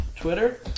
Twitter